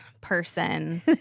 person